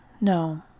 No